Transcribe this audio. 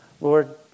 Lord